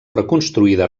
reconstruïda